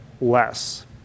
less